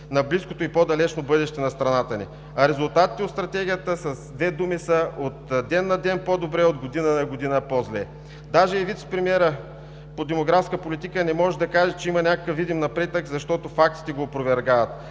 на близкото и по-далечно бъдеще на страната ни. А резултатите от стратегията с две думи са: от ден на ден по-добре, от година на година – по-зле. Даже и вицепремиерът по демографска политика не може да каже, че има някакъв видим напредък, защото фактите го опровергават.